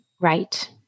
Right